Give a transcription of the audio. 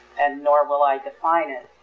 and nor will i define it.